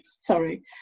sorry